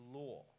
law